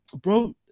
bro